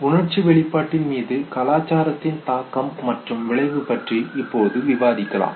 உணர்ச்சி வெளிப்பாட்டின் மீது கலாச்சாரத்தின் தாக்கம் மற்றும் விளைவு பற்றி இப்பொழுது விவாதிக்கலாம்